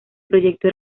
proyecto